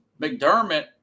McDermott –